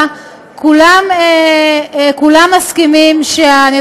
המדינה, מדינה